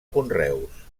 conreus